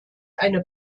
eine